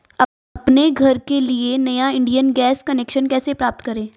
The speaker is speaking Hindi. अपने घर के लिए नया इंडियन गैस कनेक्शन कैसे प्राप्त करें?